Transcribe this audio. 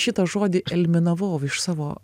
šitą žodį eliminavau iš savo